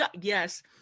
yes